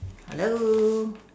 hello